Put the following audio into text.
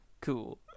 Cool